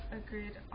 agreed